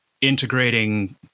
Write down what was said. integrating